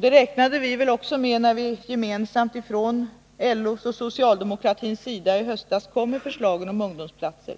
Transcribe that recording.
Det räknade väl vi också med när vi gemensamt från LO:s och socialdemokratins sida i höstas kom med förslagen om ungdomsplatser.